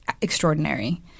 extraordinary